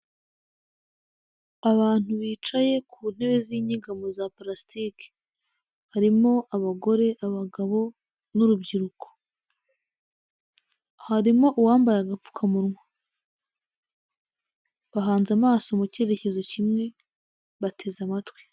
Abantu bicaye ku ntebe z'inyegamo za pulasitiki harimo abagabo n'urubyiruko harimo uwambaye agapfukamunwa, bahanze amaso mu cyerekezo kimwe bateze amatwi.